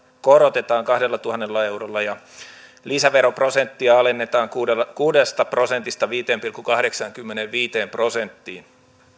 korotetaan kahdellatuhannella eurolla ja lisäveroprosenttia alennetaan kuudesta kuudesta prosentista viiteen pilkku kahdeksaankymmeneenviiteen prosenttiin